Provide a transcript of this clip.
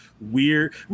weird